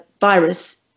virus